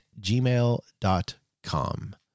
gmail.com